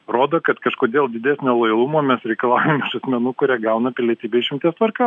rodo kad kažkodėl didesnio lojalumo mes reikalaujam iš asmenų kurie gauna pilietybę išimties tvarka